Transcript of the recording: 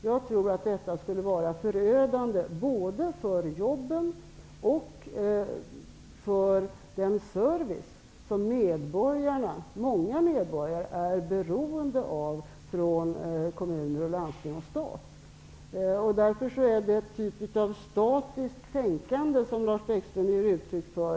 Jag tror att detta skulle vara förödande både för jobben och för den service som många medborgare är beroende av från kommuner, landsting och stat. Därför är det en typ av statiskt tänkande som Lars Bäckström ger uttryck för.